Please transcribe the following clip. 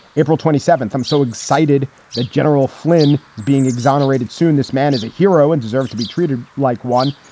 april twenty seventh. i'm so excited that general flynn is being exonerated soon. this man is a hero and deserves to be treated like one.